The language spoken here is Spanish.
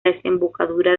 desembocadura